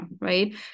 right